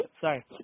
Sorry